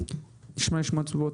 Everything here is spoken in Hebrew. אשמח לשמוע תשובות.